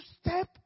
step